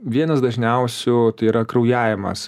vienas dažniausių tai yra kraujavimas